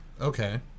okay